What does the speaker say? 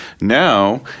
Now